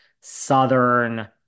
Southern